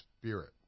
spirit